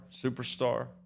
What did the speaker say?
superstar